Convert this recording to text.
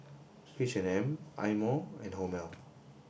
H and M Eye Mo and Hormel